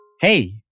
Hey